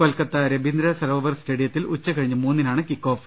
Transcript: കൊൽക്കത്ത രബീന്ദ്രസരോ വർ സ്റ്റേഡിയത്തിൽ ഉച്ചകഴിഞ്ഞ് മൂന്നിനാണ് കിക്കോഫ്